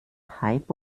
hype